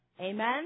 Amen